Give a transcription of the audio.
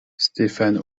stéphane